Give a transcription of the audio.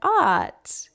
art